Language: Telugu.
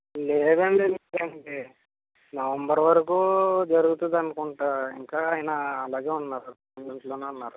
లేదండి నవంబర్ వరకు జరుగుతుంది అనుకుంటా ఇంకా ఆయన అలాగే ఉన్నారు ఆయన ఇంట్లోనే ఉన్నారు